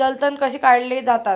जलतण कसे काढले जातात?